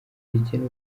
rigena